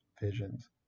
visions